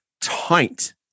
tight